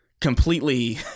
completely